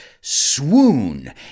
swoon